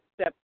step